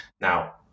Now